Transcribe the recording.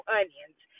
onions